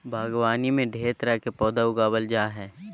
बागवानी में ढेर तरह के पौधा उगावल जा जा हइ